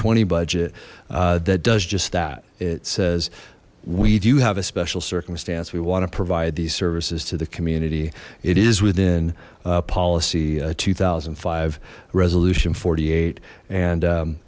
twenty budget that does just that it says we do have a special circumstance we want to provide these services to the community it is within policy two thousand and five resolution forty eight and